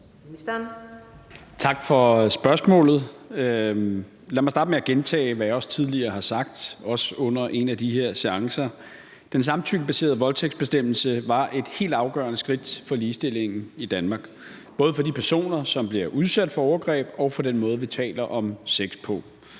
Tak for spørgsmålet. Lad mig starte med at gentage, hvad jeg også tidligere har sagt, også under en af de her seancer: Den samtykkebaserede voldtægtsbestemmelse var et helt afgørende skridt for ligestillingen i Danmark, både for de personer, som bliver udsat for overgreb, og for den måde, vi taler om sex på.